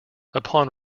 upon